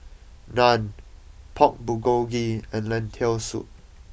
Naan Pork Bulgogi and Lentil Soup